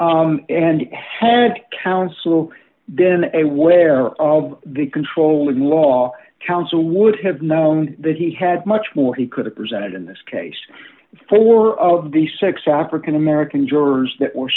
and head counsel then a where all the controlling law counsel would have known that he had much more he could have presented in this case four of the six african american jurors that were